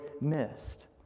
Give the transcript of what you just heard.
missed